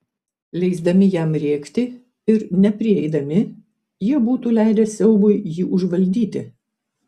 leisdami jam rėkti ir neprieidami jie būtų leidę siaubui jį užvaldyti